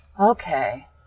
okay